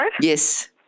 Yes